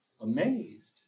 amazed